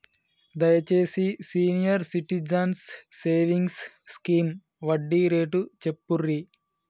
దయచేసి senior citizens savings scheme వడ్డీ rate చెప్పుర్రి